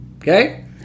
okay